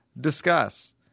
Discuss